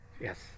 yes